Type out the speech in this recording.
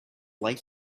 light